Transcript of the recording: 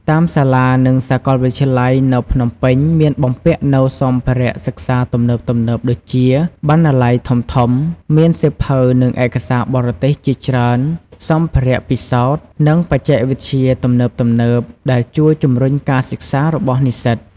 តាមសាលានិងសាកលវិទ្យាល័យនៅភ្នំពេញមានបំពាក់នូវសម្ភារៈសិក្សាទំនើបៗដូចជា បណ្ណាល័យធំៗ មានសៀវភៅនិងឯកសារបរទេសជាច្រើន សម្ភារៈពិសោធន៍ និងបច្ចេកវិទ្យាទំនើបៗ ដែលជួយជំរុញការសិក្សារបស់និស្សិត។